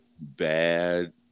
bad